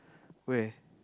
where